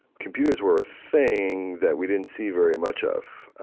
computers were a thing that we didn't see very much of.